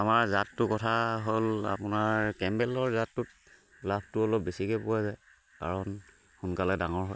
আমাৰ জাতটোৰ কথা হ'ল আপোনাৰ কেম্বেলৰ জাতটোত লাভটো অলপ বেছিকে পোৱা যায় কাৰণ সোনকালে ডাঙৰ হয়